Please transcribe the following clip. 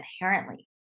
inherently